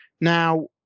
Now